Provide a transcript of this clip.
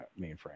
mainframe